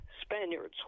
Spaniards